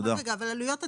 אבל עלויות התפעול,